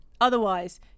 Otherwise